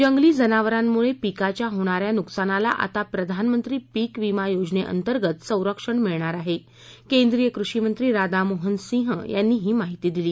जंगली जनावरांमुळं पिकाच्या होणाऱ्या नुकसानाला आता प्रधानमंत्री पिक पिक योजनध्वीर्गत संरक्षण मिळणार आहा केंद्रीय कृषी मंत्री राधा मोहन सिंग यांनी ही माहिती दिली